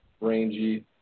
rangy